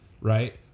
Right